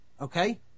Okay